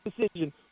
decision